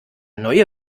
neue